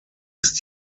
ist